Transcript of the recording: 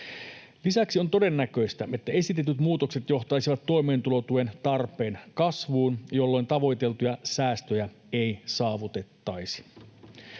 Lisäksi on todennäköistä, että esitetyt muutokset johtaisivat toimeentulotuen tarpeen kasvuun, jolloin tavoiteltuja säästöjä ei saavutettaisi.”